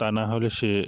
তা না হলে সে